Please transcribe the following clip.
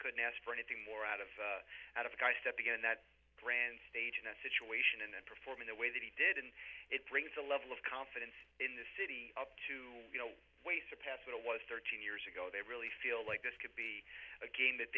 couldn't ask for anything more out of out of a guy step in that grand stage in a situation in and perform in the way that he did and it brings a level of confidence in the city up to you know way surpass what it was thirteen years ago they really feel like this could be a game that